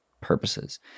purposes